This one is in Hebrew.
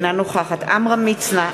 אינה נוכחת עמרם מצנע,